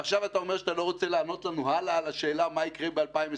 עכשיו אתה אומר שאתה לא רוצה לענות לנו על השאלה מה יקרה ב-2021.